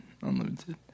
unlimited